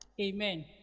Amen